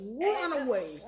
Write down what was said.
runaway